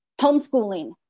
homeschooling